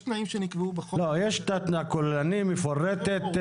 יש תנאים שנקבעו בחוק --- יש תכנית כוללנית מפורטת,